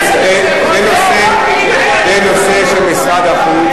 זה נושא של משרד החוץ.